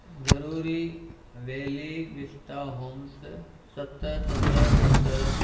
ज़रूरी Valley Vista Homes सत सत सत